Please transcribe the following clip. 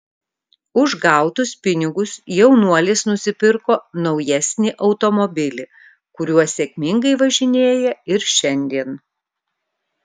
už gautus pinigus jaunuolis nusipirko naujesnį automobilį kuriuo sėkmingai važinėja ir šiandien